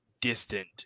distant